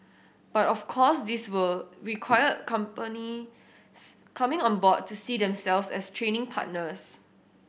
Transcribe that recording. but of course this would require companies coming on board to see themselves as training partners